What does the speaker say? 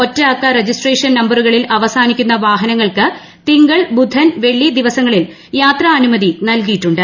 ഒറ്റ അക്ക രജിസ്ട്രേഷൻ നമ്പറുകളിൽ അവസാനിക്കുന്ന വാഹനങ്ങൾക്ക് തിങ്കൾ ബുധൻ വെള്ളി ദിവസങ്ങളിൽ യാത്രാനുമതി നൽകിയിട്ടുണ്ട്